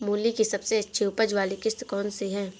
मूली की सबसे अच्छी उपज वाली किश्त कौन सी है?